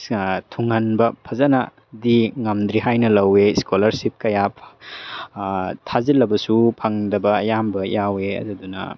ꯊꯨꯡꯍꯟꯕ ꯐꯖꯅꯗꯤ ꯉꯝꯗ꯭ꯔꯤ ꯍꯥꯏꯅ ꯂꯧꯋꯦ ꯏꯁꯀꯣꯂꯔꯁꯤꯞ ꯀꯌꯥ ꯊꯥꯖꯤꯜꯂꯕꯁꯨ ꯐꯪꯗꯕ ꯑꯌꯥꯝꯕ ꯌꯥꯎꯋꯦ ꯑꯗꯨꯗꯨꯅ